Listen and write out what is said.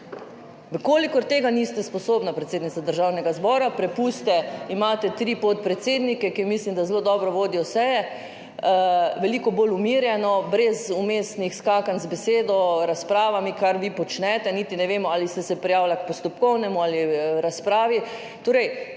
Če tega niste sposobni, predsednica Državnega zbora, prepustite, imate tri podpredsednike, za katere mislim, da zelo dobro vodijo seje, veliko bolj umirjeno, brez vmesnih skakanj z besedo, razprav, kar vi počnete. Niti ne vemo, ali ste se prijavili k postopkovnemu ali razpravi. Vodite